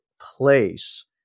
place